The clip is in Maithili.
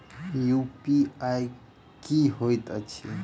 यु.पी.आई की होइत अछि